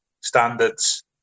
standards